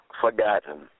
forgotten